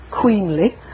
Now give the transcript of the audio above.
queenly